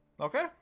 Okay